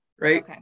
Right